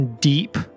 deep